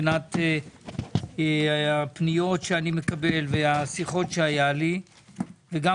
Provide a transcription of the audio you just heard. מבחינת הפניות שאני מקבל והשיחות שהיו לי וגם